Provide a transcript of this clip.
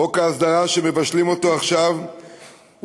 חוק ההסדרה שמבשלים עכשיו יהיה